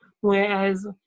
Whereas